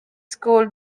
school